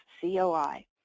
COI